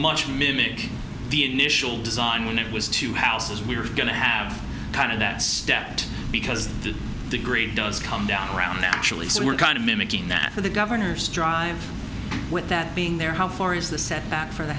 much mimic the initial design when it was two houses we're going to have kind of that stepped because the degree does come down around naturally so we're kind of mimicking that of the governor's drive with that being there how far the setback for the